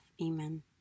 Amen